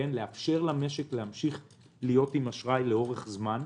לאפשר למשק להיות עם אשראי לאורך זמן,